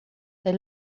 they